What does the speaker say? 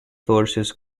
forces